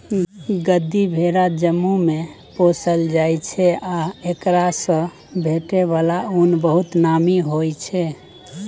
गद्दी भेरा जम्मूमे पोसल जाइ छै आ एकरासँ भेटै बला उन बहुत नामी होइ छै